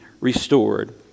restored